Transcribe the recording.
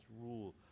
rule